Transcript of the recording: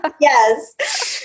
Yes